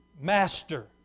Master